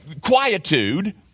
quietude